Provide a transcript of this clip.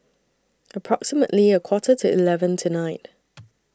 approximately A Quarter to eleven tonight